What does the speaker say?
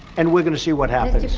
and we're going to see what happens.